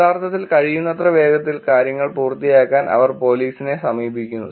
യഥാർത്ഥത്തിൽ കഴിയുന്നത്ര വേഗത്തിൽ കാര്യങ്ങൾ പൂർത്തിയാക്കാൻ അവർ പോലീസിനെ സമീപിക്കുന്നു